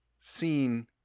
seen